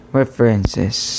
references